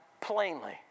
plainly